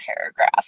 paragraphs